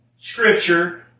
Scripture